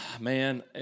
man